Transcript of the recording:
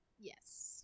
Yes